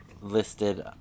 listed